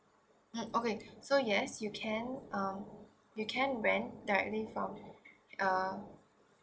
mm okay so yes you can um you can rent directly from uh